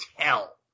tell